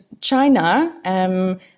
China